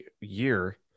year